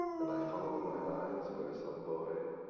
and i follow with my eyes, where some boy.